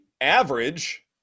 average